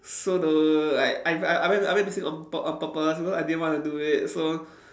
so the like I w~ I I went I went missing on p~ on purpose because I didn't want to do it so